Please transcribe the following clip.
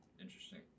interesting